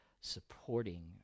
supporting